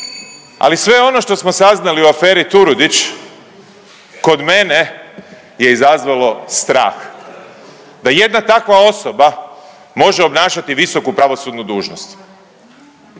Ali sve ono što smo saznali u aferi Turudić kod mene je izazvalo strah, da jedna takva osoba može obnašati visoku pravosudnu dužnost,